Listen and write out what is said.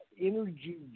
energy